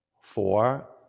Four